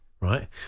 Right